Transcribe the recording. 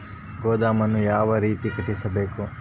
ಗೋದಾಮನ್ನು ಯಾವ ರೇತಿ ಕಟ್ಟಿಸಬೇಕು?